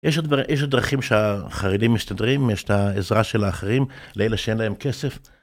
יש עוד דרכים שהחרדים מסתדרים, יש את העזרה של האחרים, לאלה שאין להם כסף.